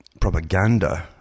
propaganda